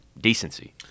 decency